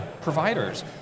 providers